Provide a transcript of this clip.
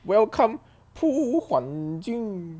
welcome pu huan jun